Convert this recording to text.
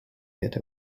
get